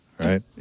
Right